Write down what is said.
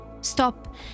stop